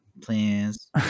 please